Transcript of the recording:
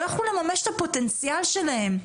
לא יכלו לממש את הפוטנציאל שלהם.